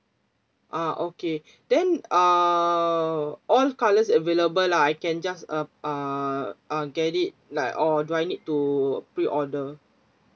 ah okay then uh all colours available lah I can just uh uh I'll get it like or do I need to pre-order